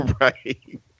right